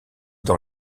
dans